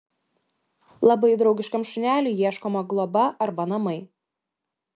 labai draugiškam šuneliui ieškoma globa arba namai